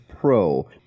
pro